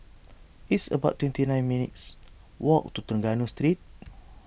it's about twenty nine minutes' walk to Trengganu Street